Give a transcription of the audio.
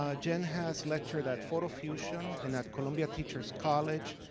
ah jen has lectured at photofusion and at columbia teacher's college,